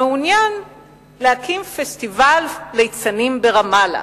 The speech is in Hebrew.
המעוניין להקים פסטיבל ליצנים ברמאללה.